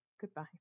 Goodbye